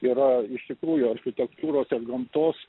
yra iš tikrųjų architektūros ir gamtos